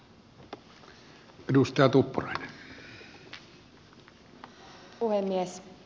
arvoisa puhemies